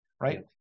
right